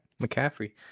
McCaffrey